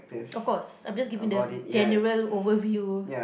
of course I'm just giving the general overview